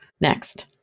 next